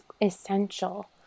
essential